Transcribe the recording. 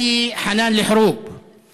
חנאן האדירה את שם המחנה שלה,